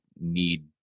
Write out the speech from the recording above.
need